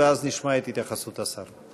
ואז נשמע את התייחסות השר.